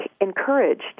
encouraged